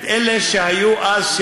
את אלה שהיו אז,